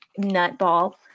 nutball